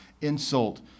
insult